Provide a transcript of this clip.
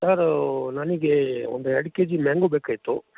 sir ನನಗೇ ಒಂದು ಎರಡು ಕೆ ಜಿ ಮ್ಯಾಂಗೊ ಬೇಕಾಗಿತ್ತು